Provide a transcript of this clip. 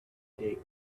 date